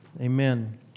Amen